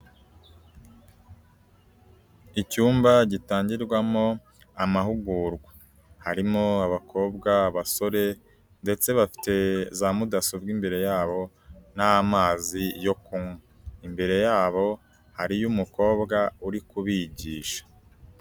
Icyumba gitangirwamo amahugurwa. Harimo abakobwa, abasore ndetse bafite za mudasobwa imbere yabo n'amazi yo kunywa. Imbere yabo hariyo umukobwa uri kubigisha.